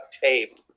tape